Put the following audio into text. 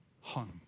home